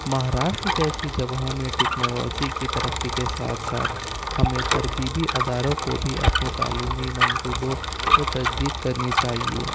مہاراشٹر جسیی جگہوں میں ٹینکالوجی کی ترقی کے ساتھ ساتھ ہمیں تربیبی اداروں کو بھی اپنے تعلیمی منصوبوں کو تجدید کرنی چاہیے